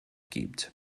gibt